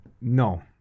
no